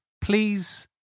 Please